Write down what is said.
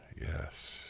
Yes